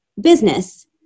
business